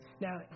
Now